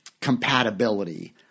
compatibility